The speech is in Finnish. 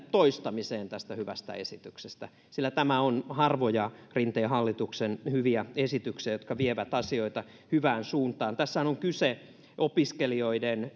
toistamiseen tästä hyvästä esityksestä sillä tämä on niitä harvoja rinteen hallituksen hyviä esityksiä jotka vievät asioita hyvään suuntaan tässähän on kyse opiskelijoiden